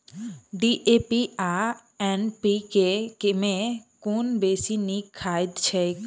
DAP आ NPK मे कुन बेसी नीक खाद छैक?